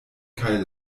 kaj